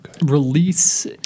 release